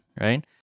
right